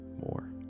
more